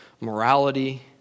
morality